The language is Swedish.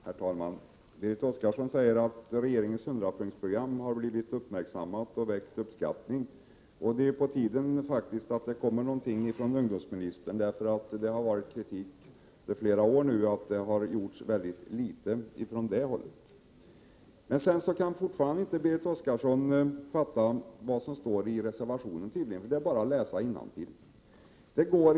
Herr talman! Berit Oscarsson säger att regeringens 100-punktsprogram har blivit uppmärksammat och rönt uppskattning. Det är faktiskt på tiden att det kommer ett förslag från ungdomsministern, för det har under flera år framförts kritik mot att det har gjorts mycket litet från det hållet. Berit Oscarsson kan fortfarande inte fatta vad som står i reservation 1, men det är bara att läsa innantill.